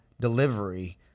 delivery